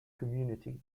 community